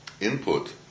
input